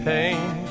Pain